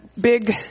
big